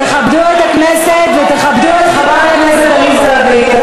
תכבדו את הכנסת ותכבדו את חברת הכנסת עליזה לביא.